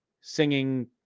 singing